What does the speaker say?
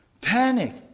Panic